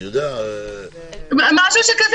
משהו כזה.